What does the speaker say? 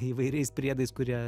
įvairiais priedais kurie